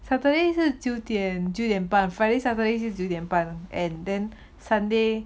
saturday 是九点九点半 friday saturday 九点半 and then sunday